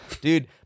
Dude